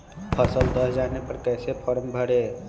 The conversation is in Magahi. फसल दह जाने पर कैसे फॉर्म भरे?